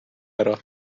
ära